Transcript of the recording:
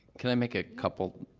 can i make a couple,